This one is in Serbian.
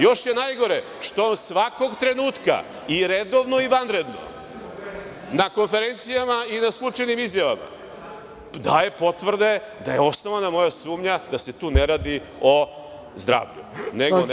Još je najgore što on svakog trenutka, i redovno i vanredno, na konferencijama i na izjavama daje potvrde da je osnovana moja sumnja da se tu ne radi o zdravlju, nego o nečem drugom.